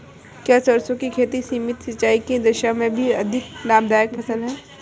क्या सरसों की खेती सीमित सिंचाई की दशा में भी अधिक लाभदायक फसल है?